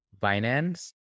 Binance